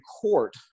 court